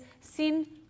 sin